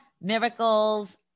Miracles